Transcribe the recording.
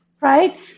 right